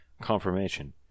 confirmation